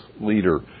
leader